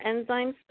enzymes